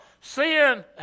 sin